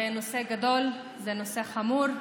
זה נושא גדול, זה נושא חמור,